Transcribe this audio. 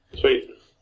Sweet